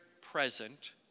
present